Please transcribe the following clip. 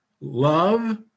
love